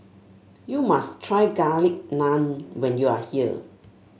you must try Garlic Naan when you are here